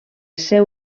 seu